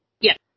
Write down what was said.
Yes